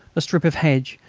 a strip of hedge,